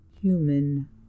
human